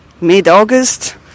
mid-August